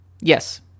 Yes